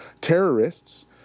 terrorists